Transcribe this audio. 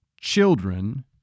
children